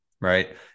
right